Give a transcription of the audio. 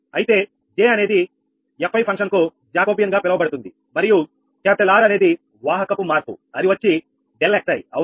అయితే J అనేది fi ఫంక్షన్కు జాకోబియన్ గా పిలవబడుతుంది మరియు R అనేది వాహకపు మార్పు అది వచ్చి ∆xi అవునా